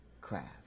craft